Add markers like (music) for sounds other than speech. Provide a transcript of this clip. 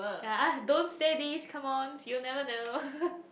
ya don't say this come on you never know (laughs)